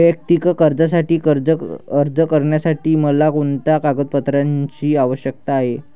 वैयक्तिक कर्जासाठी अर्ज करण्यासाठी मला कोणत्या कागदपत्रांची आवश्यकता आहे?